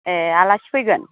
ए' आलासि फैगोन